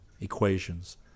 equations